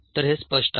तर हे स्पष्ट आहे